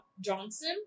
Johnson